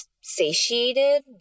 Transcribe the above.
satiated